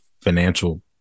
financial